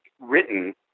written